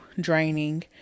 draining